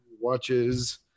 Watches